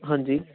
ਹਾਂਜੀ